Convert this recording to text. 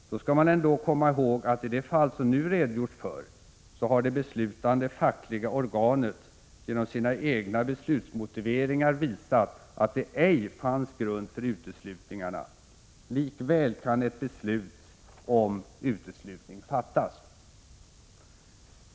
Då skall man ändå komma ihåg att i de fall som nu redogjorts för, så har det beslutande fackliga organet genom sina egna beslutsmotiveringar visat att det ej fanns grund för uteslutningarna; likväl kan ett beslut om uteslutning fattas.